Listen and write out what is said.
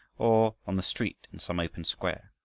or on the street in some open square.